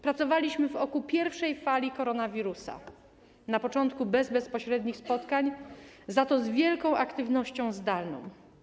Pracowaliśmy w oku pierwszej fali koronawirusa, na początku bez bezpośrednich spotkań, za to z wielką aktywnością zdalną.